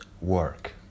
work